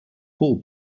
poor